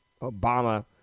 Obama